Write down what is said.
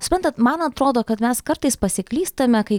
suprantat man atrodo kad mes kartais pasiklystame kai